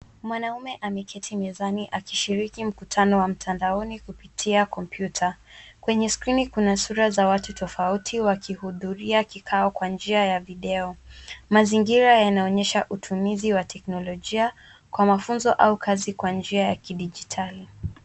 Mwanamume ameketi mezani akishiriki mkutano wa mtandaoni kupitia kompyuta. Kwenye skrini kuna sura za watu tofauti wakihudhuria kikao kwa njia ya video. Mazingira yanaonyesha matumizi ya teknolojia mafunzo au kazi kwa njia ya kidijitali.